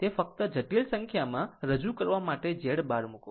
તે ફક્ત જટિલ સંખ્યામાં રજૂ કરવા માટે Z બાર મૂકો